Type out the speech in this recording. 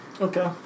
Okay